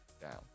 down